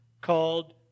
called